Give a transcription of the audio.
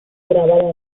grabada